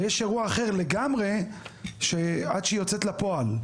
ויש אירוע אחר לגמרי שעד שהיא יוצאת לפועל.